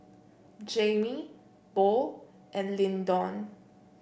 Jamie Bo and Lyndon